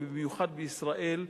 ובמיוחד בישראל,